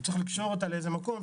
הוא צריך לקשור אותה לאיזה מקום,